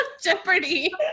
Jeopardy